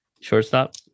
shortstop